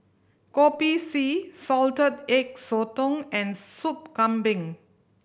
Kopi C Salted Egg Sotong and Sop Kambing